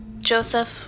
Joseph